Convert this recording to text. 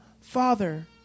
Father